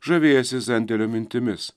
žavėjęsis zendelio mintimis